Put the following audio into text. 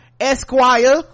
esquire